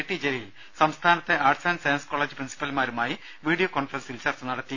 T Jaleel സംസ്ഥാനത്തെ arts and science college പ്രിൻസിപ്പൽമാരുമായി video കോൺഫറൻസിൽ ചർച്ച നടത്തി